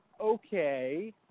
okay